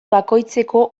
bakoitzeko